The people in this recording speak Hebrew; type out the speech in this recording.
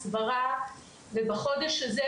הסברה ובחודש הזה,